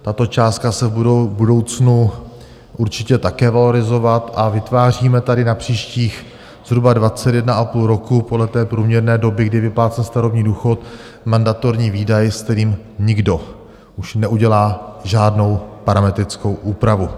Tato částka se bude v budoucnu určitě také valorizovat a vytváříme tady na příštích zhruba 21,5 roku podle té průměrné doby, kdy je vyplácen starobní důchod, mandatorní výdaj, s kterým nikdo už neudělá žádnou parametrickou úpravu.